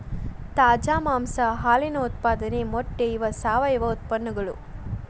ತಾಜಾ ಮಾಂಸಾ ಹಾಲಿನ ಉತ್ಪಾದನೆ ಮೊಟ್ಟೆ ಇವ ಸಾವಯುವ ಉತ್ಪನ್ನಗಳು